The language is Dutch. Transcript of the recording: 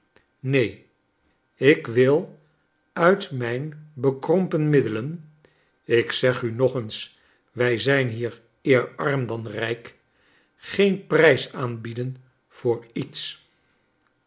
neen ik wil uit mijn bekrompen middelen ik zeg u nog eens wij zijn hier eer arm dan rijk geen prijs aanbieden voor iets